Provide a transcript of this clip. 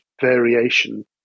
variation